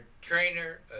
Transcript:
trainer